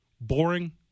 Boring